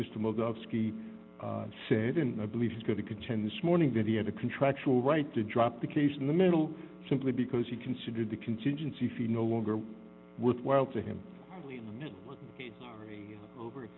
where said and i believe he's going to contend this morning that he had a contractual right to drop the case in the middle simply because he considered the contingency fee no longer worthwhile to him